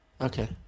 Okay